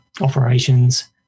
operations